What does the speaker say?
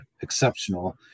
exceptional